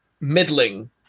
middling